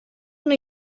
una